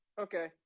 Okay